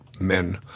men